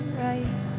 right